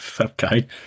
okay